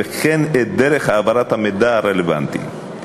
וכן את דרך העברת המידע הרלוונטי.